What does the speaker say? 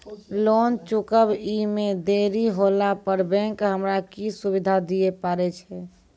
Loan चुकब इ मे देरी होला पर बैंक हमरा की सुविधा दिये पारे छै?